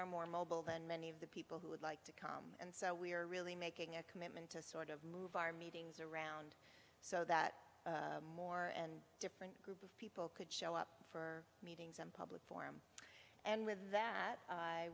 are more mobile than many of the people who would like to come and so we are really making a commitment to sort of move our meetings around so that more and different people could show up for a meeting public form and with that